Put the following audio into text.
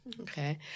Okay